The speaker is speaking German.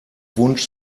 wunsch